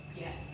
Yes